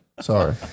Sorry